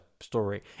story